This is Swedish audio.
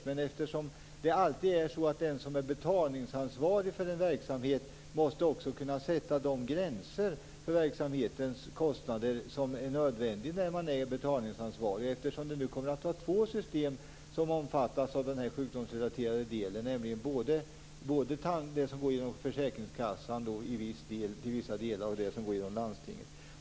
Men den som är betalningsansvarig för en verksamhet måste också alltid kunna sätta de gränser för verksamhetens kostnader som är nödvändiga. Och nu kommer det att vara två system som omfattas av den här sjukdomsrelaterade delen, nämligen både det som går genom försäkringskassan till vissa delar och det som går genom landstingen.